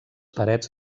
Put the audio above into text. parets